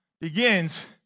begins